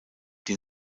die